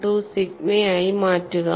12 സിഗ്മയായി മാറ്റുക